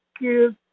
give